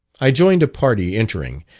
i joined a party entering,